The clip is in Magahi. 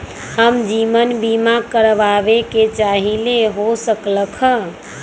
हम जीवन बीमा कारवाबे के चाहईले, हो सकलक ह?